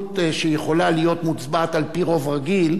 כהסתייגות שיכולה להיות מוצבעת על-פי רוב רגיל,